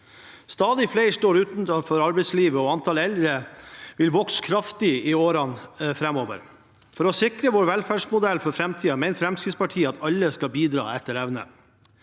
Stadig flere står utenfor arbeidslivet, og antallet eldre vil vokse kraftig i årene framover. For å sikre vår velferdsmodell for framtiden mener Fremskrittspartiet at alle skal bidra etter evne.